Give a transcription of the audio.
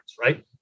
right